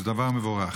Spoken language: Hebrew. וזה דבר מבורך.